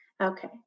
Okay